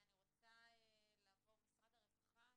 אני רוצה לעבור למשרד הרווחה,